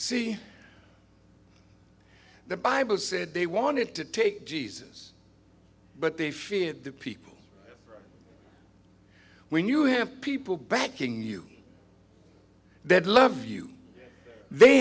see the bible said they wanted to take jesus but they fear the people when you have people backing you they love you